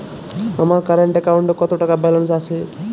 আমার কারেন্ট অ্যাকাউন্টে কত টাকা ব্যালেন্স আছে?